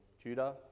Judah